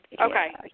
Okay